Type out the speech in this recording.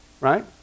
Right